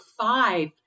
five